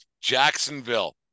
Jacksonville